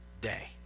day